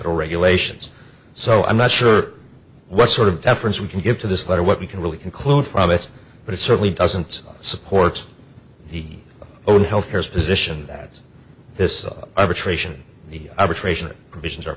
regulations so i'm not sure what sort of deference we can give to this letter what we can really conclude from it but it certainly doesn't support the own healthcare's position that this arbitration a